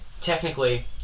technically